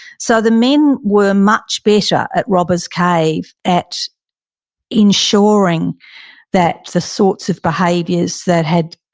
so the men were much better at robbers cave at ensuring that the sorts of behaviors that had,